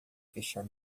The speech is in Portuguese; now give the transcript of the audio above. fechar